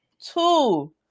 Two